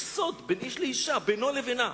יש סוד בין איש לאשה, בינו לבינה.